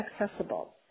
accessible